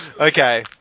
Okay